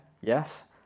yes